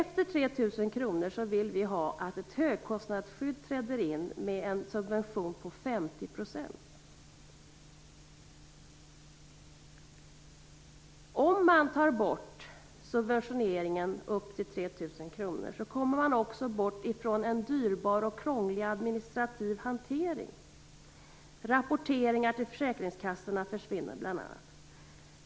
Över 3 000 kr vill vi att ett högkostnadsskydd skall träda in med en subvention på 50 %. kr kommer man också bort från en krånglig och dyrbar administrativ hantering. Bl.a. försvinner rapporteringen till försäkringskassorna.